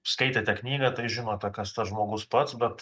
skaitėte knygą tai žinote kas tas žmogus pats bet